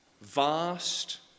Vast